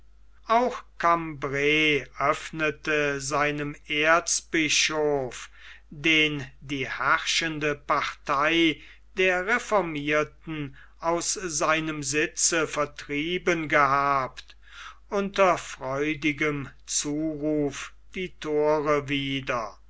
auch cambray öffnete seinem erzbischof den die herrschende partei der reformierten aus seinem sitze vertrieben gehabt unter freudigem zuruf die thore wieder